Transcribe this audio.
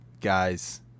guys